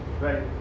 right